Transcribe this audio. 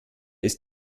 ist